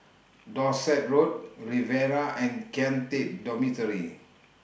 Dorset Road Riviera and Kian Teck Dormitory